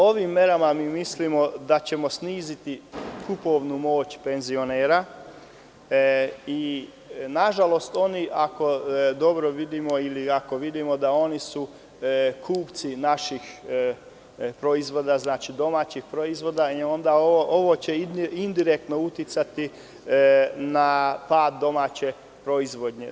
Ovim merama mislim da ćemo sniziti kupovnu moć penzionera i nažalost, ako dobro vidimo, ako vidimo da su oni kupci naših proizvoda, domaćih proizvoda, onda će ovo indirektno uticati na pad domaće proizvodnje.